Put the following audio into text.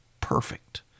perfect